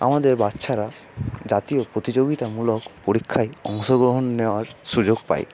আমাদের বাচ্চারা জাতীয় প্রতিযোগিতামূলক পরীক্ষায় অংশগ্রহণ নেওয়ার সুযোগ পায়